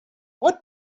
what